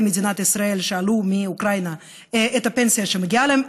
מדינת ישראל שעלו מאוקראינה את הפנסיה שמגיעה להם.